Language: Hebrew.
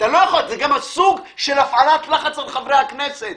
זה גם סוג של הפעלת לחץ על חברי הכנסת.